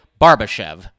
Barbashev